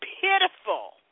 pitiful